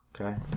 Okay